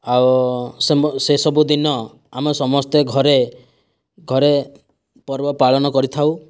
ଆଉ ସେସବୁ ଦିନ ଆମେ ସମସ୍ତେ ଘରେ ଘରେ ପର୍ବ ପାଳନ କରିଥାଉ